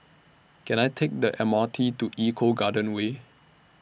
Can I Take The M R T to Eco Garden Way